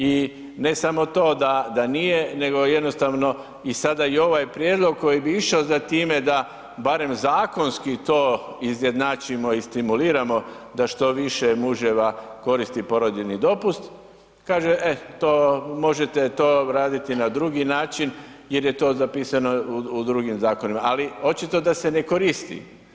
I ne samo to da, da nije nego jednostavno i sada ovaj prijedlog koji bi išao za time da barem zakonski to izjednačimo i stimuliramo da što više muževa koristi porodiljni dopust, kaže, eh to možete to raditi na drugi način jer je to zapisano u drugim zakonima, ali očito da se ne koristi.